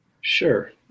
Sure